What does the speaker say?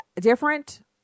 different